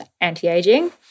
anti-aging